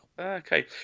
okay